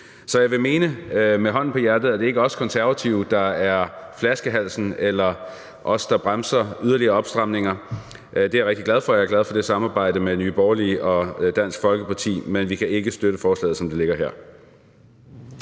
Så jeg vil mene med hånden på hjertet, at det ikke er os i Konservative, der er flaskehalsen eller bremser yderligere opstramninger. Det er jeg rigtig glad for, og jeg er glad for samarbejdet med Nye Borgerlige og Dansk Folkeparti, men vi kan ikke støtte forslaget, som det ligger her.